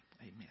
Amen